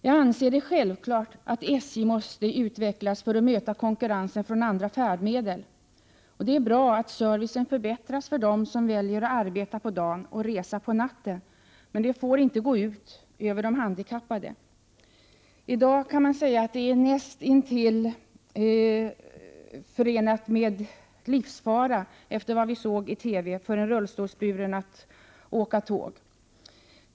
Jag anser det vara självklart att SJ måste utvecklas för att kunna möta konkurrensen från andra färdmedel. Det är bra att servicen förbättras för dem som väljer att arbeta på dagen och att resa på natten. Men det får inte gå ut över de handikappade. I dag är det nästintill förenat med livsfara — det har man ju sett i TV — för en rullstolsburen att åka tåg.